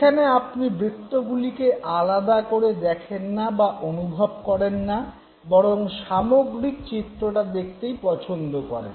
এখানে আপনি বৃত্তগুলিকে আলাদা করে দেখেন না বা অনুভব করেন না বরং সামগ্রিক চিত্রটা দেখতেই পছন্দ করেন